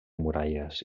muralles